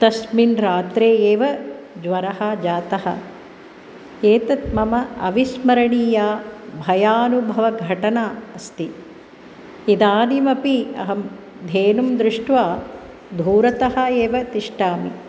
तस्मिन् रात्रे एव ज्वरः जातः एतत् मम अविस्मरणीया भयानुभवघटना अस्ति इदानीमपि अहं धेनुं दृष्ट्वा दूरतः एव तिष्ठामि